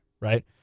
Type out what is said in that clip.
right